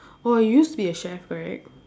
oh you used to be a chef right